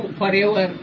forever